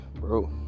bro